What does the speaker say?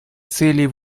целей